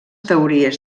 teories